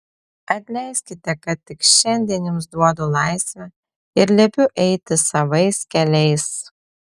atleiskite kad tik šiandien jums duodu laisvę ir liepiu eiti savais keliais